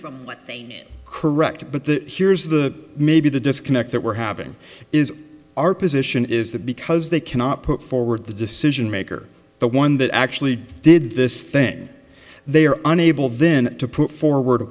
they correct but the here's the maybe the disconnect that we're having is our position is that because they cannot put forward the decision maker the one that actually did this thing they are unable then to put forward